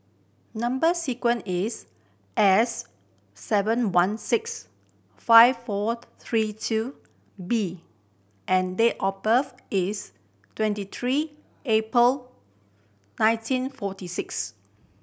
number sequence is S seven one six five four three two B and date of birth is twenty three April nineteen forty six